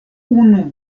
unu